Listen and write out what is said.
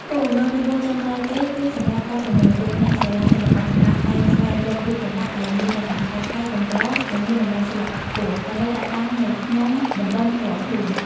គោលបំណងទីបួនចុងក្រោយគេ គឺសម្រាប់ ការប្រមូលទុក អ្នកស្រឡាញ់សិល្បៈចម្លាក់តែងស្វែងរករូបចម្លាក់ដែលមានលក្ខណៈប្លែកៗ កម្រ និងមានតម្លៃសិល្បៈខ្ពស់ ដើម្បីដាក់តាំងនៅក្នុងបណ្ដុំផ្ទាល់ខ្លួន។